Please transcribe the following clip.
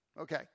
Okay